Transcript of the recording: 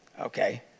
okay